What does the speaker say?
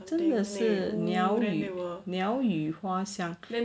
真的是鸟语鸟语花香